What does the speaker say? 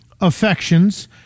affections